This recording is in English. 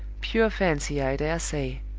pure fancy, i dare say.